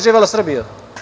Živela Srbija!